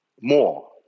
more